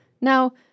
Now